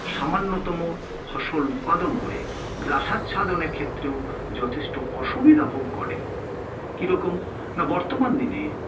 সামান্যতম ফসল উৎপাদন করে গ্রাসাচ্ছাদনের ক্ষেত্রেও যথেষ্ট অসুবিধা ভোগ করেন কিরকম না বর্তমান দিনে